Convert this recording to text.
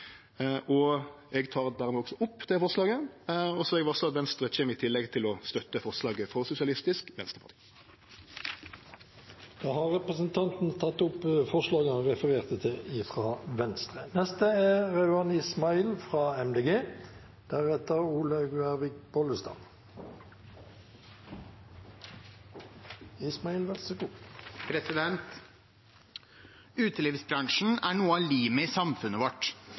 dermed opp det forslaget, og så har eg varsla at Venstre i tillegg kjem til å støtte forslaget frå Sosialistisk Venstreparti. Da har representanten Sveinung Rotevatn tatt opp det forslaget han refererte til. Utelivsbransjen er noe av limet i samfunnet vårt. For mange er